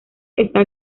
está